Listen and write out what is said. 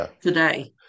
today